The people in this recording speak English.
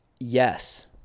Yes